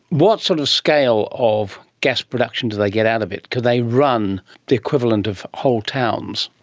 what sort of scale of gas production do they get out of it? can they run the equivalent of whole towns?